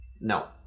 No